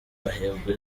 bahembwa